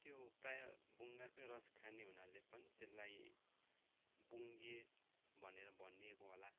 त्यो प्रायः बुङ्गाकै रस खाने हुनाले पनि त्यसलाई बुङ्गे भनेर भनिएको होला